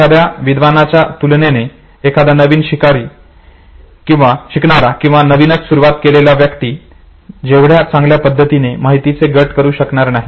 एखाद्या विद्वानाच्या तुलनेने एखादा नवीन शिकणारा किंवा नवीनच सुरुवात केलेला व्यक्ती तेवढ्या चांगल्या पद्धतीने माहितीचे गट करू शकणार नाही